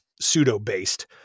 pseudo-based